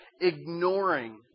ignoring